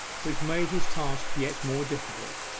which made his task yet more difficult.